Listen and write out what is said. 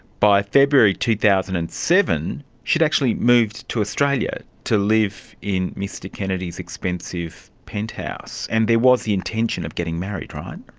by february two thousand and seven she had actually moved to australia to live in mr kennedy's expensive penthouse. and there was the intention of getting married, right?